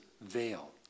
veil